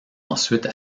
ensuite